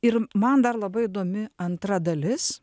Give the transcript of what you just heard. ir man dar labai įdomi antra dalis